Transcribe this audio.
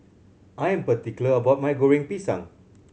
I am particular about my Goreng Pisang